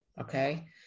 Okay